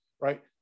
Right